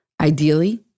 Ideally